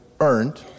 earned